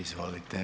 Izvolite.